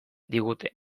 digute